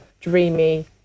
dreamy